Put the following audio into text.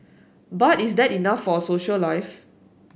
but is that enough for a social life